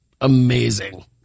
amazing